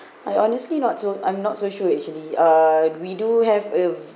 I honestly not so I'm not so sure actually uh we do have a